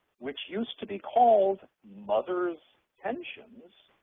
which used to be called mother's pensions,